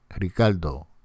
Ricardo